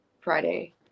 Friday